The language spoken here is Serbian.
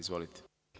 Izvolite.